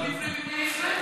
במיני ישראל?